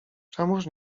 czemuż